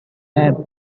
ebb